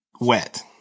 wet